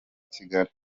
kigali